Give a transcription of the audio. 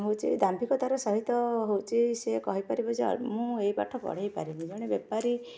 ହେଉଛି ଦାମ୍ଭିକତାର ସହିତ ହେଉଛି ସେ କହିପାରିବ ଯେ ମୁଁ ଏଇ ପାଠ ପଢ଼ାଇ ପାରିବି ଜଣେ ବେପାରୀ